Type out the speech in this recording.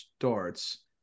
starts